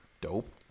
dope